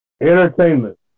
Entertainment